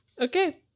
Okay